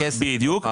בדיוק.